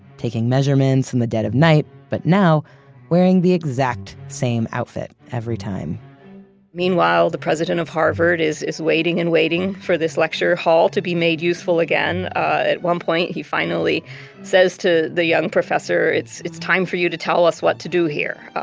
taking measurements in the dead of night, but now wearing the exact same outfit every time meanwhile, the president of harvard is is waiting and waiting for this lecture hall to be made useful again. at one point, he finally says to the young professor, it's it's time for you to tell us what to do here.